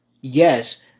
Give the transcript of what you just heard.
yes